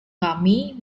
kami